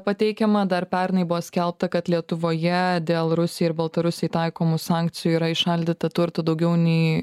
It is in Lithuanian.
pateikiama dar pernai buvo skelbta kad lietuvoje dėl rusijai ir baltarusijai taikomų sankcijų yra įšaldyta turtų daugiau nei